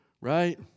Right